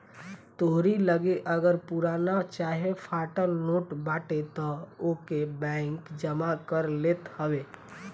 तोहरी लगे अगर पुरान चाहे फाटल नोट बाटे तअ ओके बैंक जमा कर लेत हवे